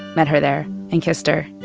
met her there and kissed her.